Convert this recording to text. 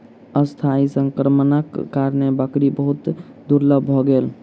अस्थायी संक्रमणक कारणेँ बकरी बहुत दुर्बल भ गेल